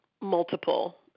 multiple